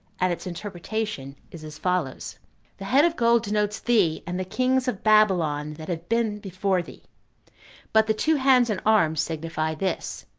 and its interpretation is as follows the head of gold denotes thee, and the kings of babylon that have been before thee but the two hands and arms signify this,